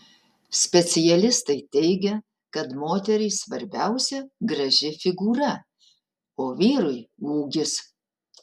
specialistai teigia kad moteriai svarbiausia graži figūra o vyrui ūgis